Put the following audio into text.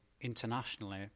internationally